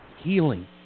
healing